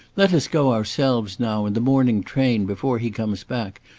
let us go ourselves, now, in the morning train, before he comes back.